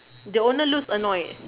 the owner looks annoyed